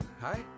hi